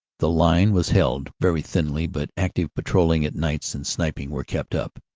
the line was held very thinly, but active patrolling at nights and sniping were kept up.